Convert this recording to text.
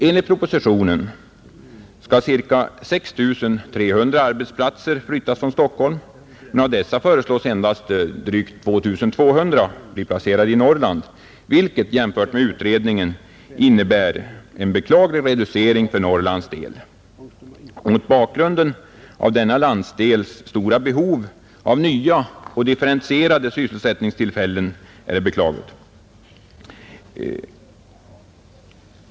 Enligt propositionen skall ca 6 300 arbetsplatser flyttas från Stockholm, men av dessa föreslås endast drygt 2 200 bli placerade i Norrland, vilket jämfört med utredningen innebär en beklaglig reducering för Norrlands del mot bakgrund av denna landsdels stora behov av nya och differentierade sysselsättningstillfällen.